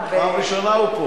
פעם ראשונה הוא פה.